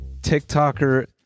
TikToker